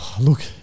look